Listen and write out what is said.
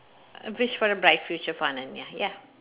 wish for a bright future for ya ya